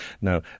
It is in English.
now